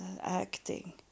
acting